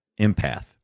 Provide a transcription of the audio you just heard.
empath